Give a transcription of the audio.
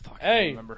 Hey